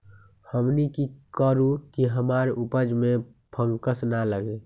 हमनी की करू की हमार उपज में फंगस ना लगे?